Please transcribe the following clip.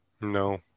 no